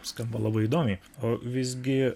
skamba labai įdomiai o visgi